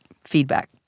feedback